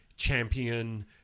champion